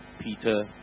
Peter